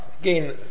Again